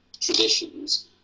traditions